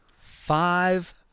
five